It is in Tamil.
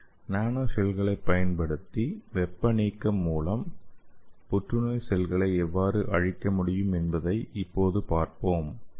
நானோஷெல்களைப் பயன்படுத்தி வெப்ப நீக்கம் மூலம் புற்றுநோய் செல்களை எவ்வாறு அழிக்க முடியும் என்பதை இப்போது பார்ப்போம்